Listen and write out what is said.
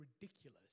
ridiculous